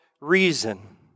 reason